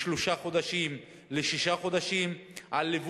85%. כל הדברים